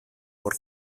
por